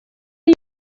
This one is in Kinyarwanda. nzu